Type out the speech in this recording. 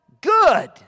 good